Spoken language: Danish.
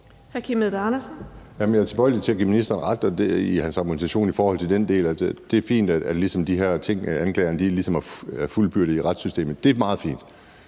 Jeg er tilbøjelig til at give ministeren ret i hans argumentation i forhold til den del. Det er fint, at de her ting ligesom er fuldbyrdet i retssystemet. Det er meget fint.